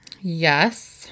yes